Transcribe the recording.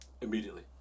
immediately